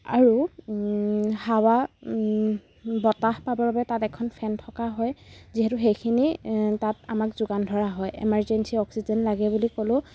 আৰু হাৱা বতাহ পাবৰ বাবে তাত এখন ফেন থকা হয় যিহেতু সেইখিনি তাত আমাক যোগান ধৰা হয় এমাৰজেঞ্চি অক্সিজেন লাগে বুলি ক'লেও